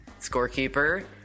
Scorekeeper